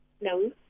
no